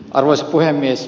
arvoisa puhemies